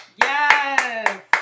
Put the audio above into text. yes